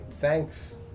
thanks